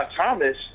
Thomas